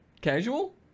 casual